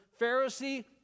Pharisee